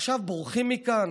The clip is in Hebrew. ועכשיו בורחים מכאן?